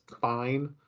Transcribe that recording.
fine